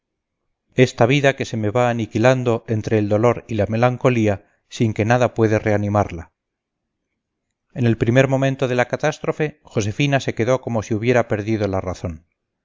esta vida que se me va aniquilando entre el dolor y la melancolía sin que nada puede reanimarla en el primer momento de la catástrofe josefina se quedó como si hubiera perdido la razón